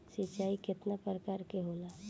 सिंचाई केतना प्रकार के होला?